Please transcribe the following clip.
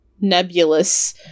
nebulous